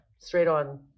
Straight-on